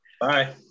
Bye